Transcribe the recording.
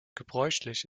gebräuchlich